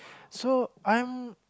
so I'm